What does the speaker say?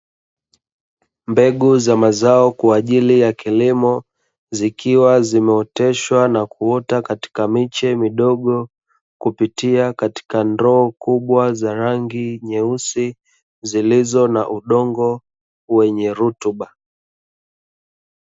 Mbegu za mazao kwaajili ya kilimo, zikiwa zimeoteshwa na kuota katika miche midogo kupitia katika ndoo kubwa za rangi nyeusi zilizo na udongo wenye rutuba.